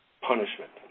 punishment